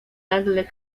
nagle